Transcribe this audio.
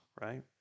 right